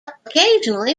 occasionally